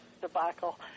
debacle